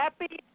happy